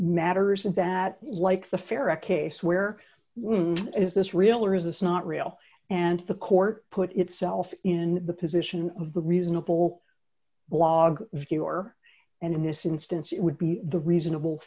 matters of that like the farrah case where is this real or is this not real and the court put itself in the position of the reasonable blog viewer and in this instance it would be the reasonable